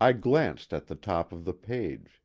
i glanced at the top of the page